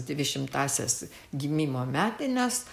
dvišimtąsias gimimo metines